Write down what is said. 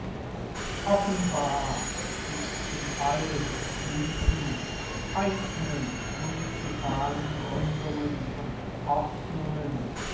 offenbar ist in all diesen einzelnen munizipalen gründungen und ordnungen